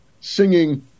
singing